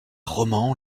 roman